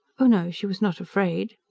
oh, no, she was not afraid.